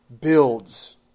builds